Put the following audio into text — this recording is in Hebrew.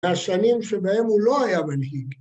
‫השנים שבהם הוא לא היה מנהיג.